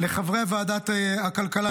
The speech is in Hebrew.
לחברי ועדת הכלכלה,